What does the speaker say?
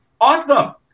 Awesome